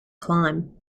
climb